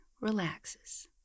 relaxes